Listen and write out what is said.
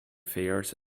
fares